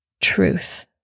truth